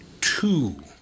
Two